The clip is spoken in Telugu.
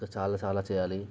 ఇంకా చాలా చాలా చెయ్యాలి